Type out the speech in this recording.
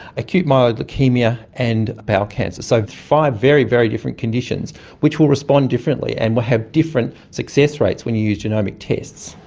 acute myeloid leukaemia, and bowel cancer. so five very, very different conditions which will respond differently and will have different success rates when you use genomic tests.